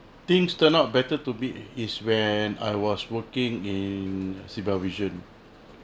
things turn out better tome is when I was working in siva vision